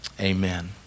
amen